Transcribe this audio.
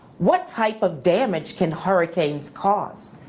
what type of damage can hurricanes cause?